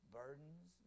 burdens